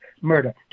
murder